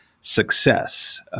success